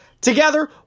together